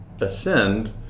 ascend